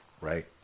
right